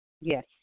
Yes